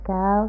go